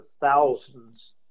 thousands